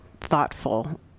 thoughtful